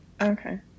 Okay